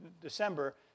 December